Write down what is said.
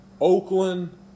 Oakland